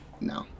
no